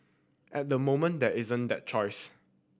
at the moment there isn't that choice